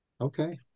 Okay